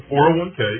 401k